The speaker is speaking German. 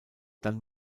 dann